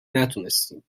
نتونستیم